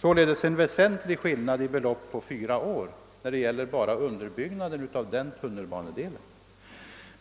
Det har således på fyra år skett en väsentlig ändring av beloppen vad beträffar underbyggnaden av denna tunnelbanedel.